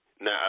now